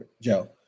Joe